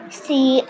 see